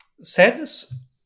sadness